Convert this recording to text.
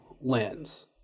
lens